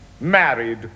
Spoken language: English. married